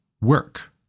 work